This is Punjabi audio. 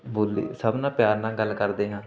ਬੋਲੀ ਸਭ ਨਾਲ ਪਿਆਰ ਨਾਲ ਗੱਲ ਕਰਦੇ ਹਾਂ